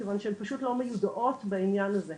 מכיוון שהן פשוט לא מיודעות בעניין הזה.